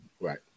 Right